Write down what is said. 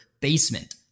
basement